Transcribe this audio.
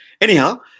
Anyhow